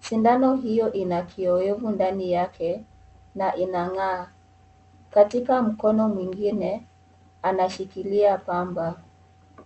Sindano hiyo ina kiowevu ndani yake na inang'aa. Katika mkono mwingine, anashikilia pamba.